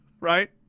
Right